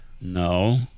No